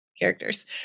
characters